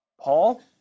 Paul